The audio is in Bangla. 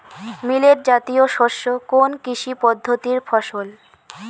মিলেট জাতীয় শস্য কোন কৃষি পদ্ধতির ফসল?